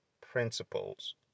principles